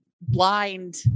blind